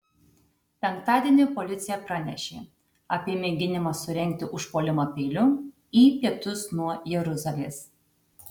penktadienį policija pranešė apie mėginimą surengti užpuolimą peiliu į pietus nuo jeruzalės